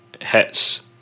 hits